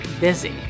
busy